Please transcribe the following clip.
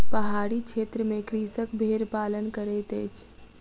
पहाड़ी क्षेत्र में कृषक भेड़ पालन करैत अछि